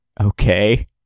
Okay